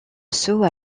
saut